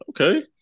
okay